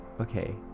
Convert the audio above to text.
okay